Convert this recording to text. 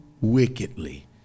wickedly